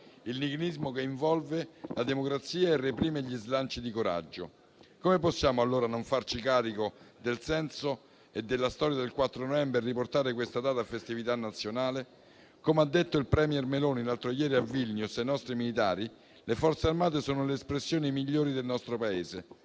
il nichilismo che involve la democrazia e reprime gli slanci di coraggio. Come possiamo allora non farci carico del senso e della storia del 4 novembre e riportare questa data a festività nazionale? Come ha detto il *premier* Meloni l'altro ieri a Vilnius ai nostri militari, le Forze armate sono le espressioni migliori del nostro Paese.